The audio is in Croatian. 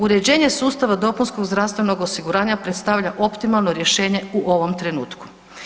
Uređenje sustava dopunskog zdravstvenog osiguranja predstavlja optimalno rješenje u ovom trenutku.